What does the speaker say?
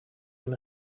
them